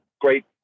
great